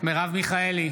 מרב מיכאלי,